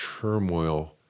turmoil